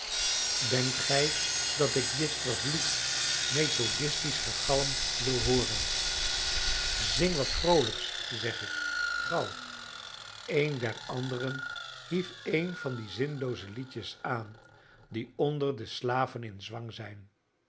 denkt gij dat ik dit vervloekt methodistisch gegalm wil hooren zing wat vroolijks zeg ik gauw een der anderen hief een van die zinlooze liedjes aan die onder de slaven in zwang zijn